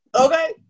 Okay